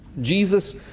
Jesus